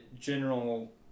general